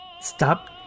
Stop